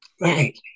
Right